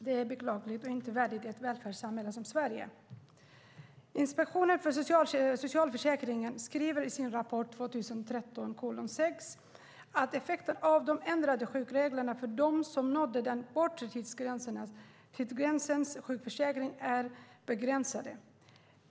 Det är beklagligt och inte värdigt ett välfärdssamhälle som Sverige. Inspektionen för socialförsäkringen skriver i sin rapport 2013:6 att effekterna av de ändrade sjukreglerna för dem som nått den bortre tidsgränsen i sjukförsäkringen är begränsade.